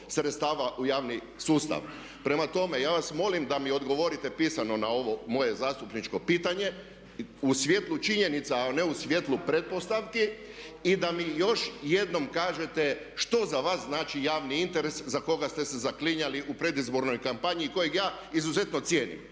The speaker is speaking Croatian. sredstava u javni sustav. Prema tome, ja vas molim da mi odgovorite pisano na ovo moje zastupničko pitanje u svjetlu činjenica a ne u svjetlu pretpostavki i da mi još jednom kažete što za vas znači javni interes za koga ste se zaklinjali u predizbornoj kampanji kojeg ja izuzetno cijenim.